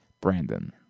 Brandon